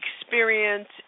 experience